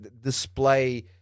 display